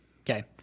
Okay